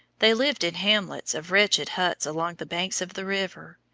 they lived in hamlets of wretched huts along the banks of the river,